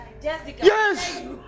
Yes